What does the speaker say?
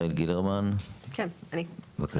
בבקשה.